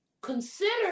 consider